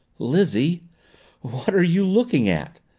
lizzie what are you looking at?